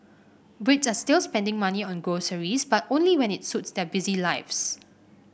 Brits are still spending money on groceries but only when it suits their busy lives